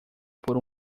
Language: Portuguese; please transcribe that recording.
por